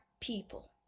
people